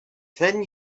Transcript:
ten